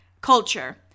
culture